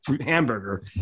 hamburger